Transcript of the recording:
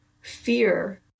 fear